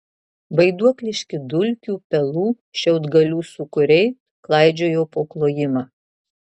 vaiduokliški dulkių pelų šiaudgalių sūkuriai klaidžiojo po klojimą